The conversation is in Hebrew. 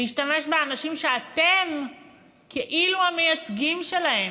להשתמש באנשים שאתם כאילו המייצגים שלהם.